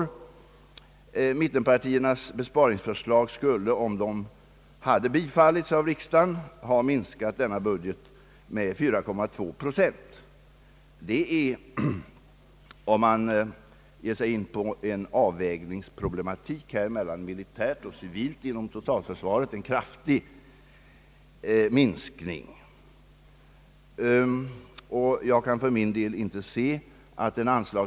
De besparingsförslag som mittenpartierna här har kommit med skulle, om de hade bifallits av riksda Är verkligen dessa förslag utformade i avsikt att åstadkomma något slags ny avvägning mellan totalförsvarets civila och militära delar eller har de tillkommit bara på en slump? Det är nog, om man råkar i en kritisk situation, ganska svårt att försvara landet exempelvis utan lagrad olja.